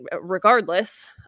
regardless